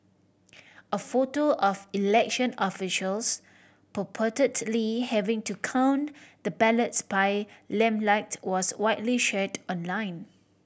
a photo of election officials purportedly having to count the ballots by lamplight was widely shared online